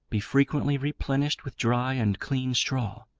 be frequently replenished with dry and clean straw,